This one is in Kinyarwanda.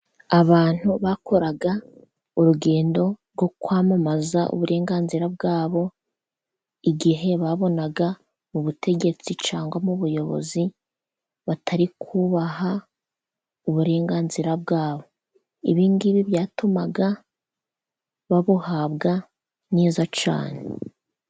Abantu bakoraga urugendo rwo kwamamaza uburenganzira bwabo, igihe babonaga abategetsi cyangwa ubuyobozi, batari kubaha uburenganzira bwabo. Ibi ngibi byatumaga babuhabwa neza cyane.